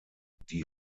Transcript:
die